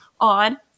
on